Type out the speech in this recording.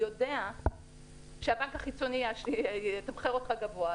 יודע שהבנק החיצוני יתמחר אותך גבוה,